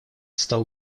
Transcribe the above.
стал